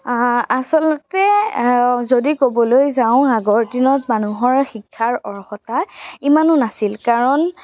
আচলতে যদি ক'বলৈ যাওঁ আগৰ দিনত মানুহৰ শিক্ষাৰ অৰ্হতা ইমানো নাছিল কাৰণ